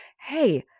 Hey